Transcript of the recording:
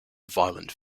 violent